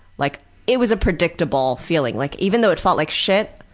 like it was a predicatable feeling. like even though it felt like shit.